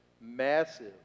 massive